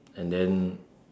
and then